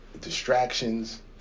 distractions